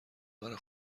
برا